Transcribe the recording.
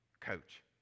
coach